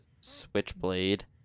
Switchblade